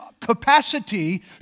capacity